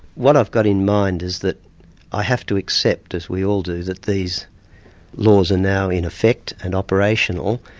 what i've got in mind is that i have to accept, as we all do, that these laws are and now in effect and operational,